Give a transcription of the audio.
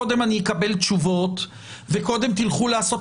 קודם אני אקבל תשובות וקודם תלכו לעשות